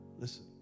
Listen